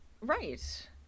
Right